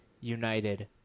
united